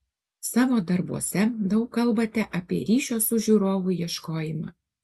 savo darbuose daug kalbate apie ryšio su žiūrovu ieškojimą